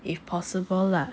if possible lah